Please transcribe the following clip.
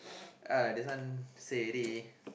uh lah this one say already